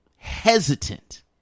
hesitant